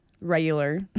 regular